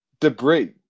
Debris